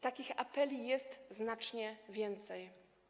Takich apeli jest znacznie więcej.